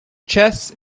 chess